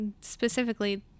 specifically